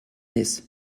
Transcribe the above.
this